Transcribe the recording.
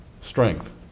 strength